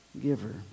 giver